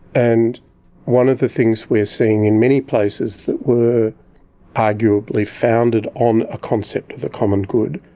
and one of the things we are seeing, in many places that were arguably founded on a concept of the common good,